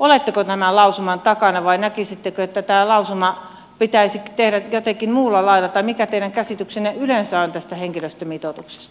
oletteko tämän lausuman takana vai näkisittekö että tämä lausuma pitäisi tehdä jotenkin muulla lailla tai mikä teidän käsityksenne yleensä on tästä henkilöstömitoituksesta